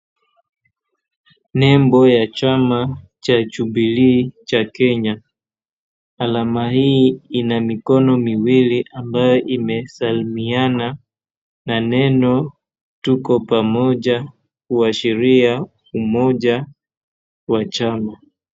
Nembo ya chama cha Jubilee cha Kenya. Alama hii ina mikono miwili ambayo imesalimiana na neno tuko pamoja kuashiria umoja wa chama.